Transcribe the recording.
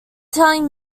telling